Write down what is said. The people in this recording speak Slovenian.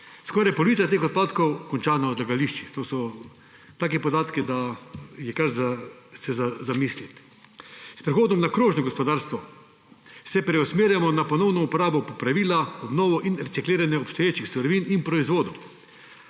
Skoraj polovica teh odpadkov konča na odlagališčih. To so taki podatki, da se je kar za zamisliti. S prehodom na krožno gospodarstvo se preusmerjamo na ponovno uporabo, popravila, obnovo in recikliranje obstoječih surovin in proizvodov;